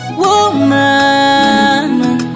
woman